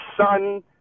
son